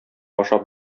ашап